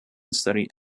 studied